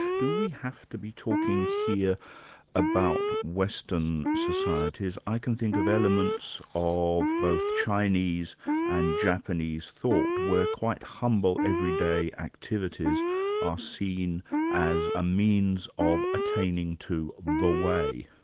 do we have to be talking here about western societies? i can think of elements of both chinese and japanese thought where quite humble everyday activities are seen as a means of attaining to the way.